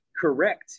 correct